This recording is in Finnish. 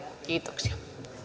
kiitoksia